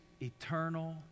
eternal